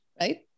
right